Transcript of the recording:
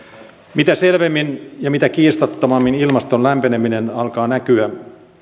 mitä selvemmin ja mitä kiistattomammin ilmaston lämpeneminen alkaa näkyä